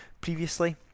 previously